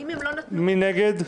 מי נגד?